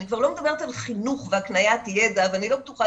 אני כבר לא מדברת על חינוך והקניית ידע ואני לא בטוחה